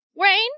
rain